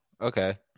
okay